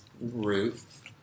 Ruth